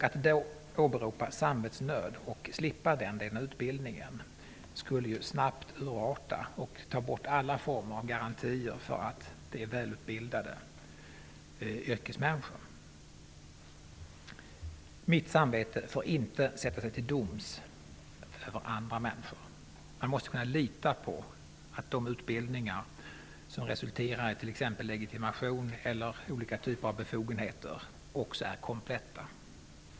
Att åberopa samvetsnöd för att slippa utbildningen skulle snabbt leda till att utbildningen urartar och undanröja alla garantier för att det är välutbildade yrkesmänniskor. Mitt samvete får inte sätta sig till doms över andra människor. Man måste kunna lita på att de utbildningar som resulterar i t.ex. legitimation eller olika typer av befogenheter är kompletta.